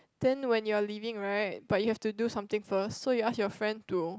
then when you are leaving right but you have to do something first so you ask your friend to